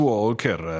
Walker